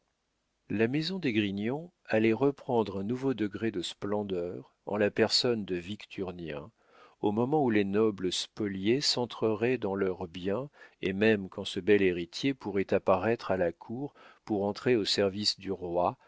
la maison d'esgrignon allait reprendre un nouveau degré de splendeur en la personne de victurnien au moment où les nobles spoliés rentreraient dans leurs biens et même quand ce bel héritier pourrait apparaître à la cour pour entrer au service du roi